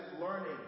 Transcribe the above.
learning